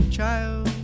child